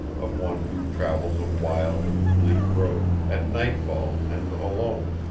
of one who travels a wild and bleak road, at nightfall and alone,